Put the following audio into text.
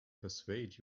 persuade